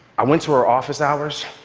i went to her office hours.